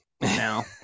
now